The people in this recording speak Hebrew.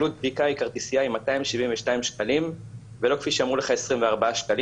עלות בדיקה היא כרטיסייה עם 272 שקלים ולא כפי שאמרו לך 24 שקלים.